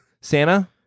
Santa